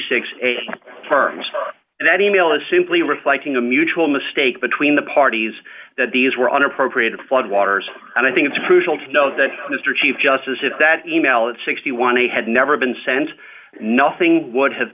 six firms and that e mail is simply reflecting a mutual mistake between the parties that these were unappropriated floodwaters and i think it's crucial to know that mr chief justice in that e mail at sixty one he had never been sent nothing would have